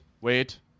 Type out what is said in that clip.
wait